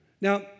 Now